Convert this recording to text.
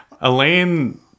Elaine